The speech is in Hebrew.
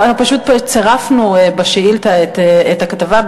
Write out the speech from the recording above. אנחנו פשוט צירפנו בשאילתה את הכתבה,